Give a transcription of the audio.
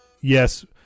Yes